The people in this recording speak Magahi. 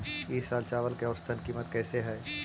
ई साल चावल के औसतन कीमत कैसे हई?